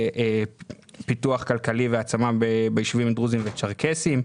פיתוח כלכלי והעצמה ביישובים דרוזים וצ'רקסים,